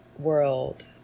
world